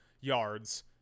yards